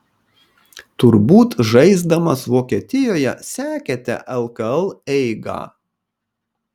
turbūt žaisdamas vokietijoje sekėte lkl eigą